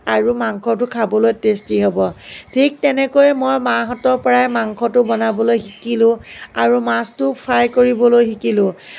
আৰু মাংসটো খাবলৈ টেষ্টি হ'ব ঠিক তেনেকৈ মই মাহঁতৰ পৰাই মাংসটো বনাবলৈ শিকিলোঁ আৰু মাছটো ফ্ৰাই কৰিবলৈ শিকিলোঁ